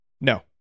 No